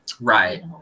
Right